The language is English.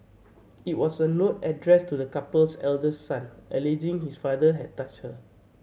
it was a note addressed to the couple's eldest son alleging his father had touched her